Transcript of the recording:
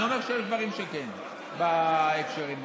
אני אומר שיש דברים שכן בהקשרים האלה.